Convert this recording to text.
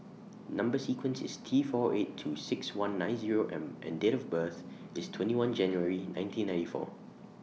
Number sequence IS T four eight two six one nine Zero M and Date of birth IS twenty one January nineteen ninety four